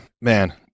man